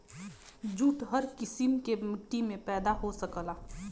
jute हर किसिम के मट्टी में पैदा हो सकला